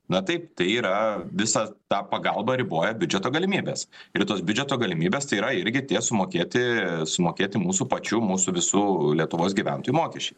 na taip tai yra visą tą pagalbą riboja biudžeto galimybės ir tos biudžeto galimybės tai yra irgi tie sumokėti sumokėti mūsų pačių mūsų visų lietuvos gyventojų mokesčiai